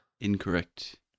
Incorrect